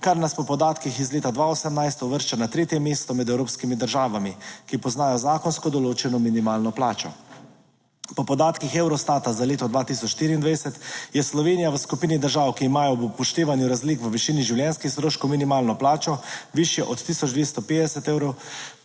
kar nas po podatkih iz leta 2018 uvršča na tretje mesto med evropskimi državami, ki poznajo zakonsko določeno minimalno plačo. Po podatkih Eurostata za leto 2024 je Slovenija v skupini držav, ki imajo ob upoštevanju razlik v višini življenjskih stroškov minimalno plačo višjo od 1250 evrov